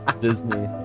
Disney